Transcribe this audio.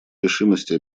решимости